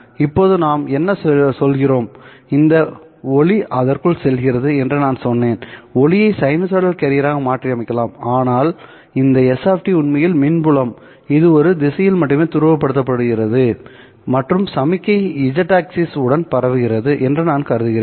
இப்போது நாம் என்ன சொல்கிறோம் இந்த ஒளி அதற்குள் செல்கிறது என்று நான் சொன்னேன்ஒளியை சைனூசாய்டல் கேரியராக மாற்றியமைக்கலாம் ஆனால் இந்த s உண்மையில் மின் புலம் இது ஒரு திசையில் மட்டுமே துருவப்படுத்தப்படுகிறது மற்றும் சமிக்ஞை z axis உடன் பரவுகிறது என்று நான் கருதுகிறேன்